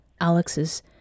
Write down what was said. Alex's